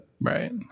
right